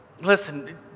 listen